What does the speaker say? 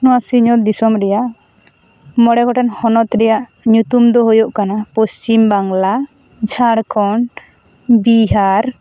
ᱱᱚᱣᱟ ᱥᱤᱧᱚᱛ ᱫᱤᱥᱚᱢ ᱨᱮᱭᱟᱜ ᱢᱚᱬᱮ ᱜᱚᱴᱟᱝ ᱦᱚᱱᱚᱛ ᱨᱮᱭᱟᱜ ᱧᱩᱛᱩᱢ ᱫᱚ ᱦᱩᱭᱩᱜ ᱠᱟᱱᱟ ᱯᱚᱪᱷᱤᱢ ᱵᱟᱝᱞᱟ ᱡᱷᱟᱲᱠᱷᱚᱸᱰ ᱵᱤᱦᱟᱨ